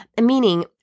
meaning